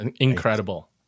incredible